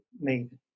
made